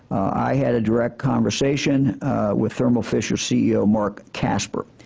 i had a direct conversation with thermo fisher's ceo, mark casper.